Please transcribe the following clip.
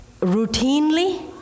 routinely